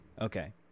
Okay